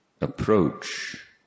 approach